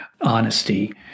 Honesty